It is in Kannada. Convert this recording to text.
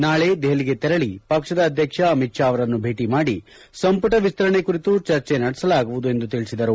ನಾಳೆ ದೆಹಲಿಗೆ ತೆರಳಿ ಪಕ್ಷದ ಅಧ್ಯಕ್ಷ ಅಮಿತ್ ತಾ ಅವರನ್ನು ಬೇಟ ಮಾಡಿ ಸಂಪುಟ ವಿಸ್ತರಣೆ ಕುರಿತು ಚರ್ಚೆ ನಡೆಸಲಾಗುವುದು ಎಂದು ತಿಳಿಸಿದರು